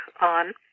on